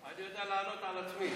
אני יודע לענות על עצמי.